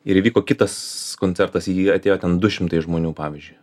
ir įvyko kitas koncertas į jį atėjo ten du šimtai žmonių pavyzdžiui